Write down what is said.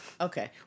Okay